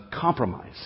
compromise